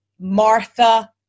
Martha